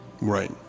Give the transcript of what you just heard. Right